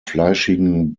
fleischigen